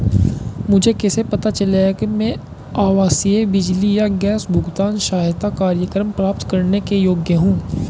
मुझे कैसे पता चलेगा कि मैं आवासीय बिजली या गैस भुगतान सहायता कार्यक्रम प्राप्त करने के योग्य हूँ?